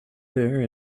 there